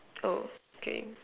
oh K